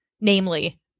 Namely